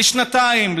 לשנתיים,